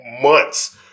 months